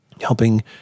helping